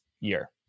year